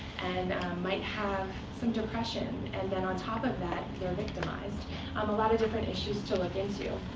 and might have some depression. and then on top of that, they're victimized um a lot of different issues to look into.